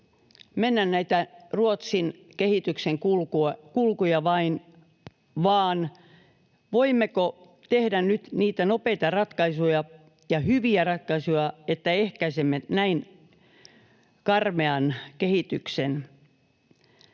mennä näitä Ruotsin kehityksen kulkuja, vai voimmeko tehdä nyt niitä nopeita ratkaisuja ja hyviä ratkaisuja, että ehkäisemme näin karmean kehityksen?